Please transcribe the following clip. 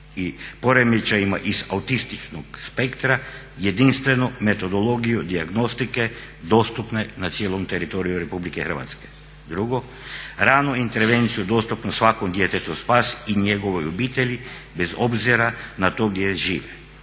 i poremećajima iz autističnog spektar jedinstvenu metodologiju dijagnostike dostupne na cijelom teritoriju RH, 2.ranu intervenciju dostupnu svakom djetetu spas i njegovoj obitelji bez obzira na to gdje žive,